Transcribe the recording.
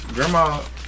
Grandma